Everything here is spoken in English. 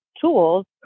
tools